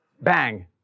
bang